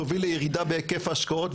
תוביל לירידה בהיקף ההשקעות,